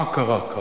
מה קרה כאן?